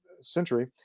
century